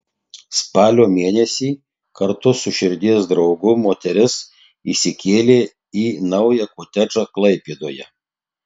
spalio mėnesį kartu su širdies draugu moteris įsikėlė į naują kotedžą klaipėdoje